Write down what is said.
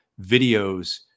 videos